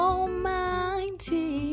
Almighty